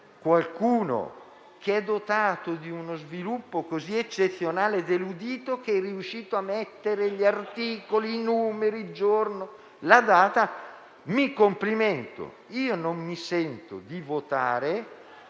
qualcuno che è dotato di uno sviluppo dell'udito così eccezionale da riuscire a mettere gli articoli, i numeri, il giorno e la data, mi complimento. Io non mi sento di votare